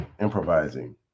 improvising